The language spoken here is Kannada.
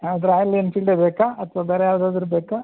ಯಾವುದು ರಾಯಲ್ ಎನ್ಫೀಲ್ಡೇ ಬೇಕಾ ಅಥವಾ ಬೇರೆ ಯಾವುದಾದರೂ ಬೇಕಾ